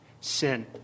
sin